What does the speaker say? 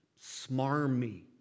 smarmy